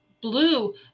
blue